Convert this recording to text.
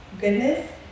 goodness